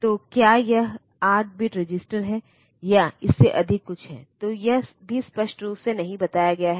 तो क्या यह 8 बिट रजिस्टर है या इससे अधिक कुछ है तो यह भी स्पष्ट रूप से नहीं बताया गया है